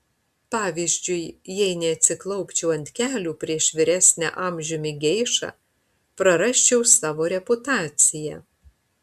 pavyzdžiui jei neatsiklaupčiau ant kelių prieš vyresnę amžiumi geišą prarasčiau savo reputaciją